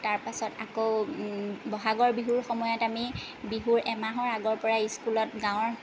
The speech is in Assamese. তাৰ পাছত আকৌ বহাগৰ বিহুৰ সময়ত আমি বিহুৰ এমাহৰ আগৰ পৰা স্কুলত গাঁৱৰ